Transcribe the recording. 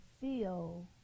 feel